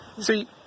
See